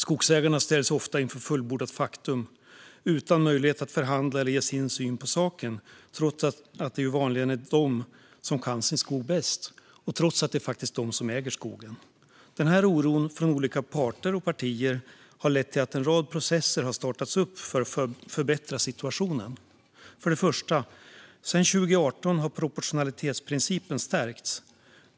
Skogsägarna ställs ofta inför fullbordat faktum utan möjlighet att förhandla eller ge sin syn på saken, trots att det ju vanligen är de som kan sin skog bäst och faktiskt är de som äger skogen. Denna oro från olika parter och partier har lett till att en rad processer har startats för att förbättra situationen. För det första har proportionalitetsprincipen stärkts sedan 2018.